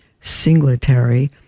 Singletary